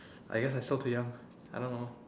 I guess I am still too young I don't know